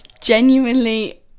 genuinely